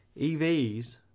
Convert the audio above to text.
EVs